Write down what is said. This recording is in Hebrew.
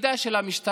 תפקידה של המשטרה,